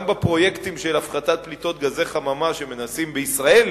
גם בפרויקטים של הפחתת פליטות של גזי חממה שמנסים בישראל